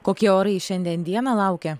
kokie orai šiandien dieną laukia